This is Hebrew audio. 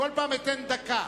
כל פעם אתן דקה